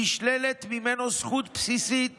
נשללת ממנו זכות בסיסית